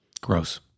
Gross